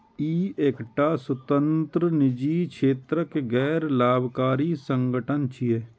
ई एकटा स्वतंत्र, निजी क्षेत्रक गैर लाभकारी संगठन छियै